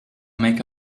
make